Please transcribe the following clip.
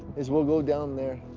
is we'll go down there,